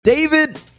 David